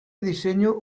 diseño